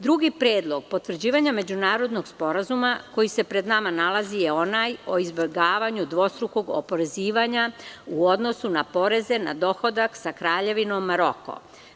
Drugi predlog potvrđivanja međunarodnog Sporazuma koji se pred nama nalazi je onaj o izbegavanju dvostrukog oporezivanja u odnosu na poreze na dohodak sa Kraljevinom Maroko.